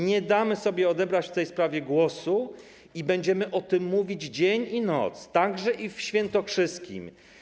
Nie damy sobie odebrać w tej sprawie głosu i będziemy o tym mówić dzień i noc, także w świętokrzyskim.